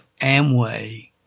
Amway